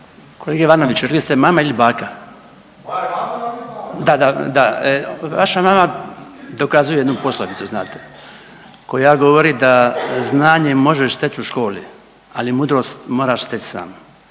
sa strane, ne razumije se./… Da, da, da. Vaša mama dokazuje jednu poslovicu znate koja govori da znanje možeš steći u školi, ali mudrost moraš steći sam.